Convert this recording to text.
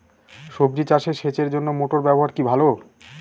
সবজি চাষে সেচের জন্য মোটর ব্যবহার কি ভালো?